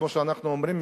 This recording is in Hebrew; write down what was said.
כמו שאנחנו אומרים,